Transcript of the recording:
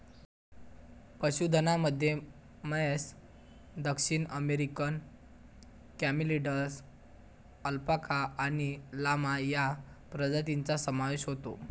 पशुधनामध्ये म्हैस, दक्षिण अमेरिकन कॅमेलिड्स, अल्पाका आणि लामा या प्रजातींचा समावेश होतो